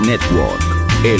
Network